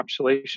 encapsulation